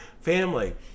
family